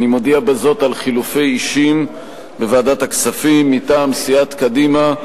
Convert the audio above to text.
אני מודיע בזאת על חילופי אישים בוועדת הכספים: מטעם סיעת קדימה,